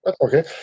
Okay